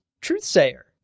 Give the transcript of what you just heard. truth-sayer